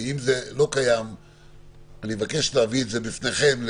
ואם לא אני מבקש להביא את זה בפניכם,